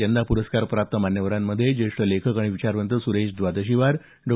यंदा प्रस्कारप्राप्त मान्यवरांमध्ये ज्येष्ठ लेखक आणि विचारवंत सुरेश द्वादशीवार डॉ